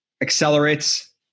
accelerates